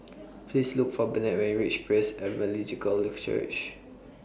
Please Look For Bennett when YOU REACH Praise Evangelical Church